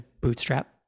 bootstrap